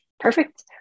Perfect